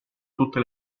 tutte